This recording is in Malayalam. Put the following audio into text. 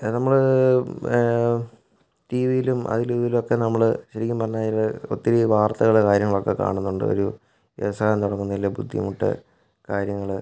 നമ്മുടെ ടി വിയിലും അതിലും ഇതിലുമൊക്കെ നമ്മൾ ശരിക്കും പറഞ്ഞു കഴിഞ്ഞാൽ ഒത്തിരി വാര്ത്തകളും കാര്യങ്ങളുമൊക്കെ കാണുന്നുണ്ട് ഒരു വ്യവസായം തുടങ്ങുന്നതിന്റെ ബുദ്ധിമുട്ടും കാര്യങ്ങൾ